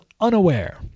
unaware